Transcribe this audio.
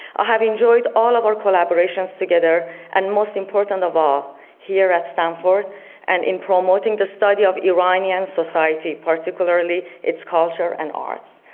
ah have enjoyed all of our collaborations together and most important of all here at stanford and in promoting the study of iranian society particularly its culture and arts.